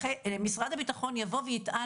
משרד הביטחון יבוא ויטען,